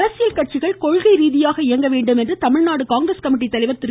அழகிரி அரசியல் கட்சிகள் கொள்கை ரீதியாக இயங்க வேண்டும் என்று தமிழ்நாடு காங்கிரஸ் கமிட்டி தலைவர் திரு